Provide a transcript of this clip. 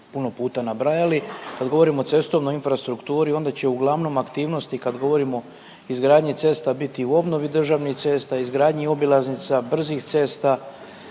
puno puta nabrajali. Kad govorimo o cestovnoj infrastrukturi, onda će uglavnom aktivnosti, kad govorimo o izgradnji cesta biti u obnovi državnih cesta, izgradnji obilaznica, brzih cesta